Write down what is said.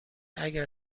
اگر